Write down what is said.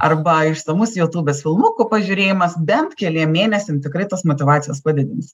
arba išsamus jūtūbės filmukų pažiūrėjimas bent keliem mėnesiam tikrai tos motyvacijos padidins